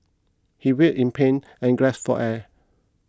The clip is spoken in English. he writhed in pain and gasped for air